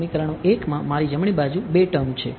સમીકરણ 1 માં મારી જમણી બાજુ 2 ટર્મ છે